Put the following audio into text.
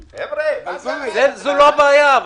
זו לא הבעיה.